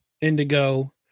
indigo